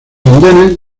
andenes